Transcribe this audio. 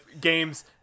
games